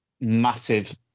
massive